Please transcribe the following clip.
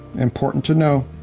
important to know.